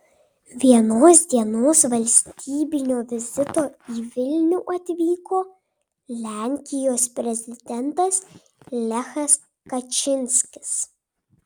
vienos dienos valstybinio vizito į vilnių atvyko lenkijos prezidentas lechas kačynskis